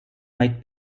might